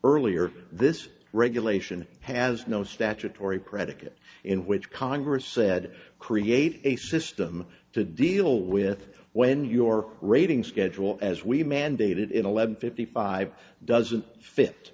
earlier this regulation has no statutory predicate in which congress said create a system to deal with when your rating schedule as we mandated in eleven fifty five doesn't fit